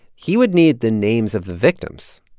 he would need the names of the victims.